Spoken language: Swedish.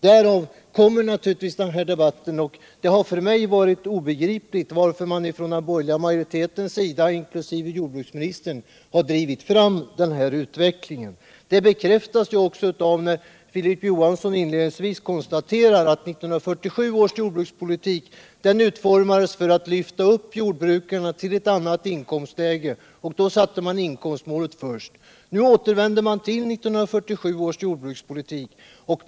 Därav kommer naturligtvis den här debatten. Det har för mig varit obegripligt varför den borgerliga majoriteten, inkl. jordbruksministern, har drivit fram en sådan utveckling. Det bekräftas också av att Filip Johansson inledningsvis konstaterade att 1947 års jordbrukspolitik utformades för att lyfta jordbrukarna till ett annat inkomstläge. Då satte man inkomstläget först, och nu återvänder man till 1947 års jordbrukspolitik.